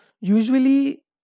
usually